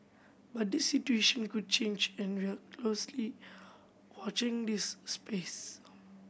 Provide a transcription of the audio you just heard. but this situation could change and we are closely watching this space